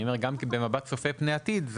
גם במבט צופה פני עתיד,